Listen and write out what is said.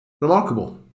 remarkable